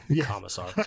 Commissar